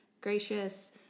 gracious